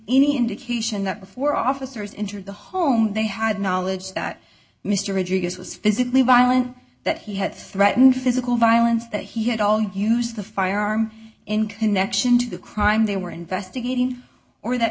any indication that the four officers injured the home they had knowledge that mr ijaz was physically violent that he had threatened physical violence that he had all used the firearm in connection to the crime they were investigating or that